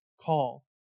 call